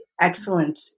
excellent